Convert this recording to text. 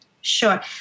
Sure